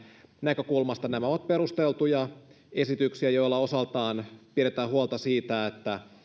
näkökulmasta nämä ovat perusteltuja esityksiä joilla osaltaan pidetään huolta siitä että